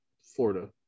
Florida